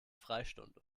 freistunde